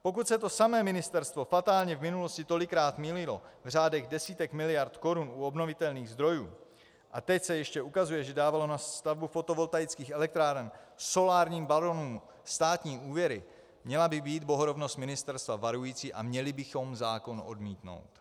Pokud se to samé ministerstvo fatálně v minulosti tolikrát mýlilo v řádech desítek miliard korun u obnovitelných zdrojů a teď se ještě ukazuje, že dávalo na stavbu fotovoltaických elektráren solárním baronům státní úvěry, měla by být bohorovnost ministerstva varující a měli bychom zákon odmítnout.